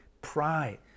pride